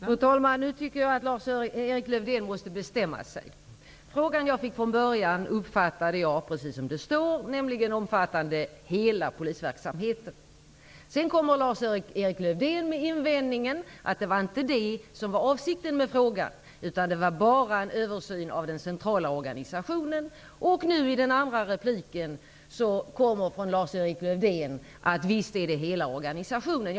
Fru talman! Nu tycker jag att Lars-Erik Lövdén måste bestämma sig. Frågan som jag fick från början uppfattade jag precis som det står, nämligen att den omfattar hela polisverksamheten. Sedan kommer Lars-Erik Lövdén med invändningen att det inte var detta som var avsikten med frågan, utan bara en översyn av den centrala organisationen, och nu i den andra repliken sade Lars-Erik Lövdén att det visst gällde hela organisationen.